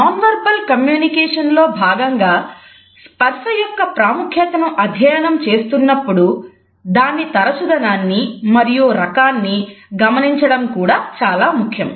non verbal communication లో భాగంగా స్పర్శ యొక్క ప్రాముఖ్యతను అధ్యయనం చేస్తున్నప్పుడు దాని తరచుదనాన్ని మరియు రకాన్ని గమనించడం కూడా చాలా ముఖ్యం